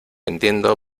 entiendo